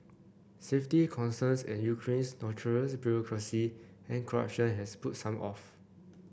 safety concerns and Ukraine's notorious bureaucracy and corruption has put some off